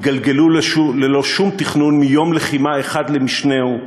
התגלגלו ללא שום תכנון מיום לחימה אחד למשנהו,